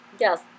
Yes